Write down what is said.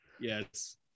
yes